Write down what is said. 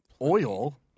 oil